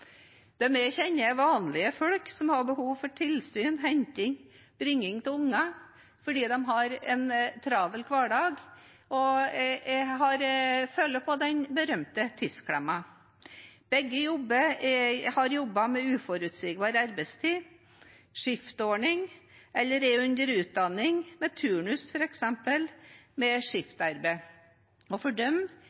kjenner, er vanlige folk som har behov for tilsyn, henting og bringing av unger fordi de har en travel hverdag og føler på den berømte tidsklemma. Begge har jobber med uforutsigbar arbeidstid, skiftordning eller er under utdanning, f.eks. med turnus eller skiftarbeid, og for dem er det viktig å